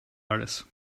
alles